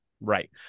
Right